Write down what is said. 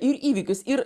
ir įvykius ir